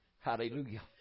Hallelujah